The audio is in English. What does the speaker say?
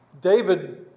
David